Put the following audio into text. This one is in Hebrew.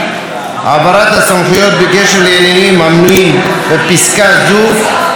העברת הסמכויות בקשר לעניינים המנויים בפסקה זו תעמוד